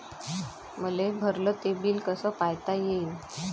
मले भरल ते बिल कस पायता येईन?